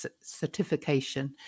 certification